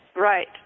Right